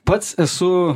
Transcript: pats esu